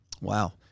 Wow